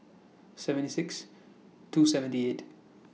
seven six two seventy eight